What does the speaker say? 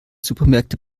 supermärkte